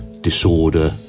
disorder